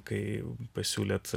kai pasiūlėt